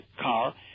car